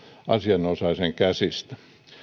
asianosaisen käsistä